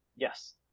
Yes